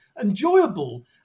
Enjoyable